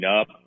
up